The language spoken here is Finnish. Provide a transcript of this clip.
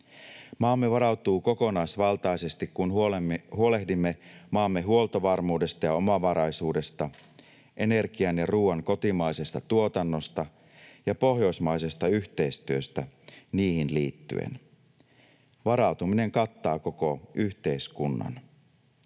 Maamme varautuu kokonaisvaltaisesti, kun huolehdimme maamme huoltovarmuudesta ja omavaraisuudesta, energian ja ruuan kotimaisesta tuotannosta ja pohjoismaisesta yhteistyöstä niihin liittyen. Varautuminen kattaa koko yhteiskunnan.